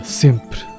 sempre